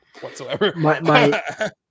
whatsoever